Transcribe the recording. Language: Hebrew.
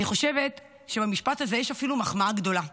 אני חושבת שבמשפט הזה יש אפילו מחמאה גדולה,